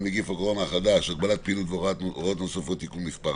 נגיף הקורונה החדש (הוראת שעה) (הגבלת פעילות והוראות נוספות) (תיקון מס'